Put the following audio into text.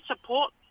support